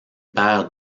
paire